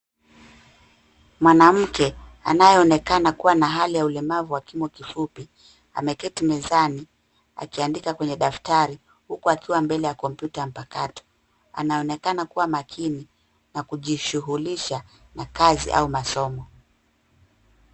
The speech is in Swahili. Mwanamke anayeonekana na hali ya ulemavu wa Kimo kifupi, ameketi mezani akiandika kwenye daftari huku akiwa mbele ya kompyuta mpakato. Anaonekana kuwa makini na kujishughulisha na kazi au masomo.